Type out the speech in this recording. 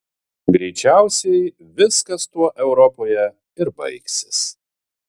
greičiausiai viskas tuo europoje ir baigsis